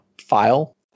file